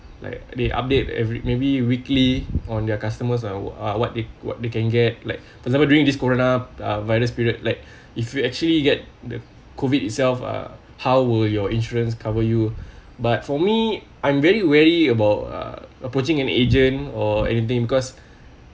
like they update every maybe weekly on their customers ah uh what they what they can get like for someone during this corona uh virus period like if you actually get the COVID itself uh how were your insurance cover you but for me I'm very wary about uh approaching an agent or anything because